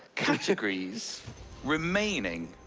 categories remaining,